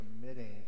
committing